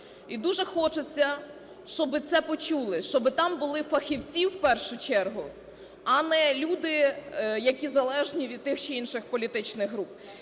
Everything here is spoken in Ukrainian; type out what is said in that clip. і дуже хочеться, щоби це почули, щоби там були фахівці в першу чергу, а не люди, які залежні від тих чи інших політичних груп.